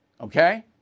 Okay